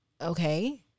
okay